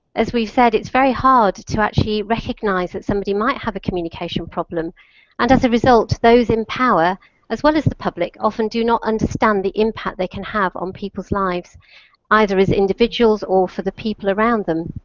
as we've said, it's very hard to actually recognize that somebody might have a communication problem and as a result those in power as well as the public often do not understand the impact they can have on people's lives either as individuals or for the people around them.